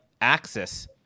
axis